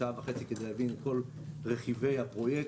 שעה וחצי כדי להבין את כל רכיבי הפרויקט,